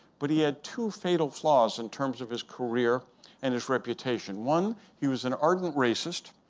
but he had two fatal flaws in terms of his career and his reputation. one, he was an ardent racist.